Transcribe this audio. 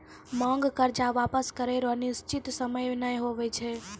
मांग कर्जा वापस करै रो निसचीत सयम नै हुवै छै